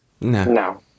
No